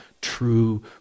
true